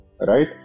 right